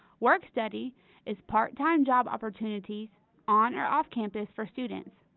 work study is part-time job opportunities on or off campus for students.